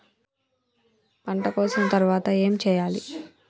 పంట కోసిన తర్వాత ఏం చెయ్యాలి?